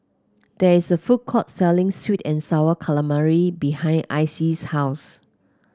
there is a food court selling sweet and sour calamari behind Icey's house